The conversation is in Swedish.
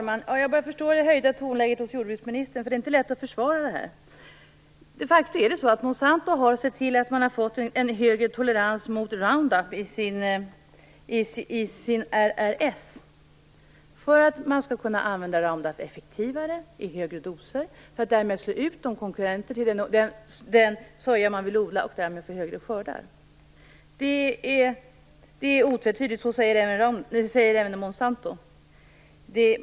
Fru talman! Jag börjar förstå det höjda tonläget hos jordbruksministern. Det är inte lätt att försvara det här. De facto har Monsanto sett till att man har fått en högre tolerans mot Roundup i sin RRS för att man skall kunna använda Roundup effektivare, i högre doser, för att därmed slå ut konkurrenterna till den soja man vill odla och få högre skördar. Det är otvetydigt så. Det säger även Monsanto.